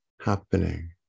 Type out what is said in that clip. happening